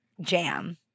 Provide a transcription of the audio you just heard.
jam